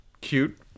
cute